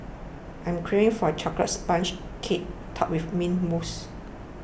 I am craving for a Chocolate Sponge Cake Topped with Mint Mousse